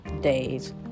days